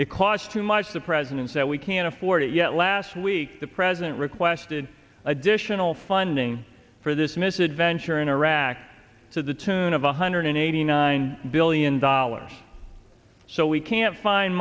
it costs too much the president said we can't afford it yet last week the president requested additional funding for this misadventure in iraq to the tune of one hundred eighty nine billion dollars so we can't find